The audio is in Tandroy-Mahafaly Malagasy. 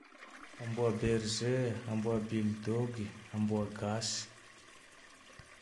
Amboa berger, amboa bildôgy, amboa Gasy